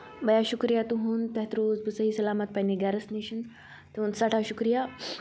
بَیا شُکریہ تُہُنٛد تَتھ روٗز بہٕ صحیح سَلامَت پَنٕنہِ گَرَس نِش تُہُنٛد سٮ۪ٹھاہ شُکریہ